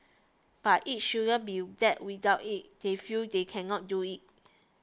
but it shouldn't be that without it they feel they can not do it